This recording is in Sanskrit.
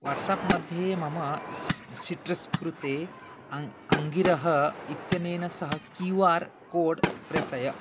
वाट्साप् मध्ये मम स् सिट्रस् कृते अ अङ्गिरः इत्यनेन सह क्यू आर् कोड् प्रेषय